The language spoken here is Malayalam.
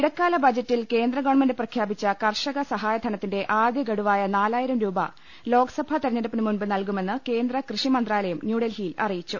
ഇടക്കാല ബജറ്റിൽ കേന്ദ്രഗവൺമെന്റ് പ്രഖ്യാപിച്ച കർഷക സഹാ യധനത്തിന്റെ ആദൃഗഡുവായ നാലായിരം രൂപ ലോക്സഭാ തിരഞ്ഞെ ടുപ്പിന്മുമ്പ് നൽകുമെന്ന് കേന്ദ്ര കൃഷിമന്ത്രാലയം ന്യൂഡൽഹിയിൽ അറി യിച്ചു